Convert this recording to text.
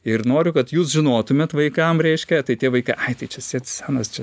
ir noriu kad jūs žinotumėt vaikam reiškia tai tie vaikai ai tai čia senas čia